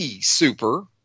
super